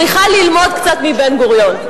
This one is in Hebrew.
צריכה ללמוד קצת מבן-גוריון.